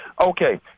Okay